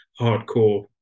hardcore